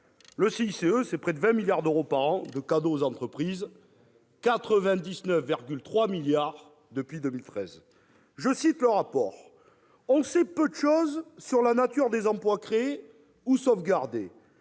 l'emploi, c'est 20 milliards d'euros par an de cadeaux aux entreprises- 99,3 milliards depuis 2013 ! Selon ce rapport, « on sait peu de choses sur la nature des emplois créés ou sauvegardés »,